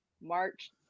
march